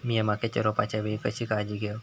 मीया मक्याच्या रोपाच्या वेळी कशी काळजी घेव?